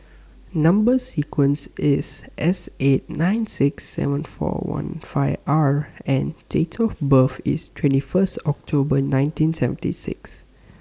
Number sequence IS S eight nine six seven four one five R and Date of birth IS twenty First October nineteen seventy six